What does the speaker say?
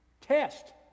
Test